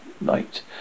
night